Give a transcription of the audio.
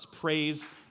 Praise